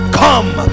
come